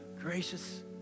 gracious